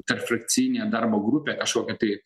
tarpfrakcijinė darbo grupė kažkokia tai